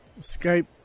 Skype